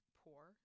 poor